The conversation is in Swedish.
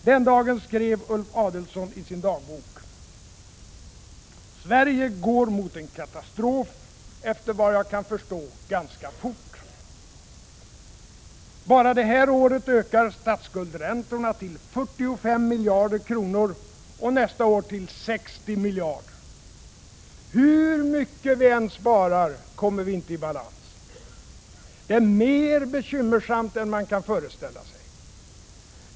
Den dagen skrev Ulf Adelsohn i sin dagbok: ”Sverige går mot en katastrof efter vad jag kan förstå ganska fort. Bara det här året ökar statsskulderäntorna till 45 miljarder kronor och nästa år till 60 miljarder. Hur mycket vi än sparar kommer vi inte i balans. Det är mer bekymmersamt än man kan föreställa sig ———.